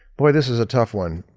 boy this is a tough one.